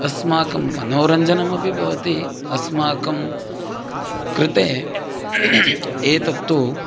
अस्माकं मनोरञ्जनमपि भवति अस्माकं कृते एतत्तु